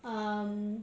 um